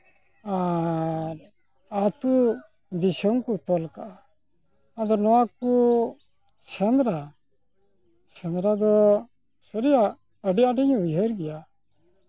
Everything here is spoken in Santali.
ᱟᱨ ᱟᱛᱳ ᱫᱤᱥᱚᱢ ᱠᱚ ᱛᱚᱞ ᱠᱟᱜᱼᱟ ᱟᱫᱚ ᱱᱚᱣᱟ ᱠᱚ ᱥᱮᱸᱫᱽᱨᱟ ᱥᱮᱸᱫᱽᱨᱟ ᱫᱚ ᱥᱟᱹᱨᱤᱭᱟᱜ ᱟᱹᱰᱤ ᱟᱸᱴᱤᱧ ᱩᱭᱦᱟᱹᱨ ᱜᱮᱭᱟ